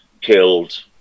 killed